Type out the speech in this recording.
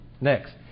Next